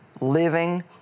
living